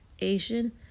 Asian